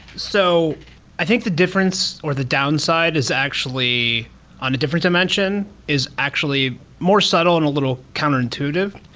so i think the difference or the downside is actually on a different dimension is actually more subtle and a little counterintuitive.